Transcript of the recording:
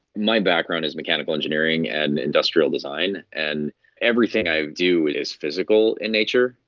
my background is mechanical engineering and industrial design, and everything i do is physical in nature,